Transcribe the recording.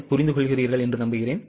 அதைப் புரிந்து கொள்கிறீர்களா